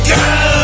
go